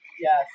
Yes